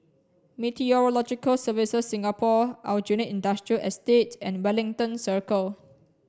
Meteorological Services Singapore Aljunied Industrial Estate and Wellington Circle